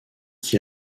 qui